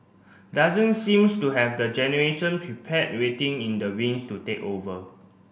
doesn't seems to have the generation prepare waiting in the wings to take over